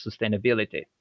sustainability